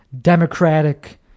democratic